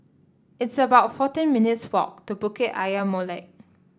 it's about fourteen minutes' walk to Bukit Ayer Molek